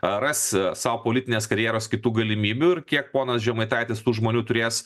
ras sau politinės karjeros kitų galimybių ir kiek ponas žemaitaitis tų žmonių turės